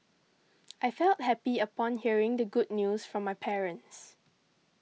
I felt happy upon hearing the good news from my parents